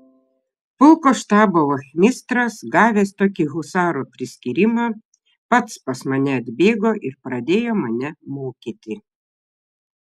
pulko štabo vachmistras gavęs tokį husaro priskyrimą pats pas mane atbėgo ir pradėjo mane mokyti